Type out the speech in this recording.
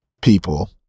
people